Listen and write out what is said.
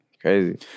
crazy